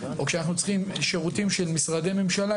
או כשאנחנו צריכים שירותים של משרדי ממשלה,